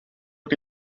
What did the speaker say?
que